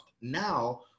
Now